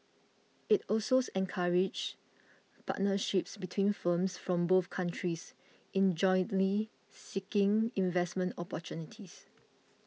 it also encourages partnerships between firms from both countries in jointly seeking investment opportunities